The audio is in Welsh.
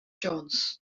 jones